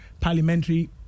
parliamentary